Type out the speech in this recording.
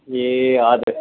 ए हजुर